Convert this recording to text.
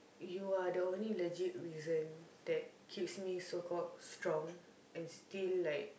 you are the only legit reason that keeps me so called strong and still like